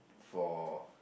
for